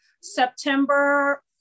September